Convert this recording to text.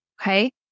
okay